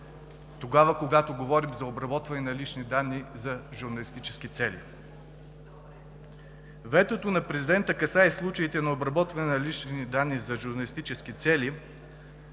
тогава когато говорим за обработване на лични данни за журналистически цели. Ветото на президента касае и случаите на обработване на лични данни за журналистически цели